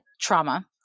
trauma